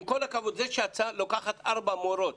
עם כל הכבוד, זה שאת לוקחת ארבע מורות